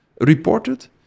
reported